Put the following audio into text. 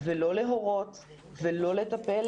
להורות ולא לטפל,